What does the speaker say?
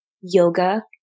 yoga